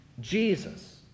Jesus